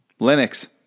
Linux